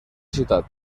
ciutat